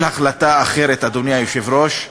כל החלטה אחרת, אדוני היושב-ראש,